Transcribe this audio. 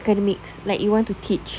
academics like you want to teach